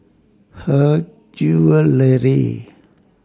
Her Jewellery